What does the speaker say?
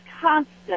constant